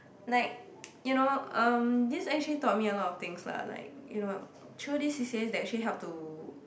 like you know um this actually taught me a lot of things lah like you know through this C_C_A that actually help to